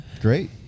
Great